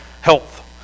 health